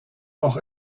auch